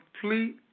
complete